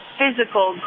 physical